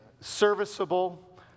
serviceable